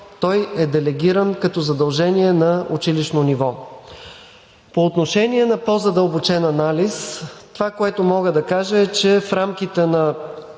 е делегиран като задължение на училищно ниво. По отношение на по-задълбочен анализ това, което мога да кажа, е, че в рамките на